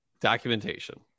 documentation